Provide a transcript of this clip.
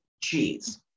cheese